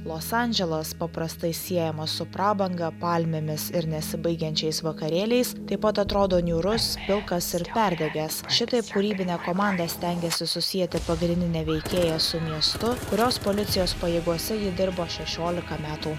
los andželas paprastai siejamas su prabanga palmėmis ir nesibaigiančiais vakarėliais taip pat atrodo niūrus pilkas ir perdegęs šitaip kūrybinė komanda stengėsi susieti pagrindinį veikėją su miestu kurios policijos pajėgose ji dirbo šešioliką metų